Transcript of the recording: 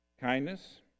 kindness